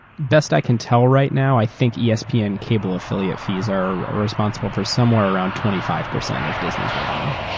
best i can tell right now i think yeah espn yeah and cable affiliate fees are responsible from somewhere around twenty five percent of disney's revenue.